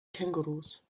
kängurus